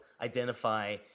identify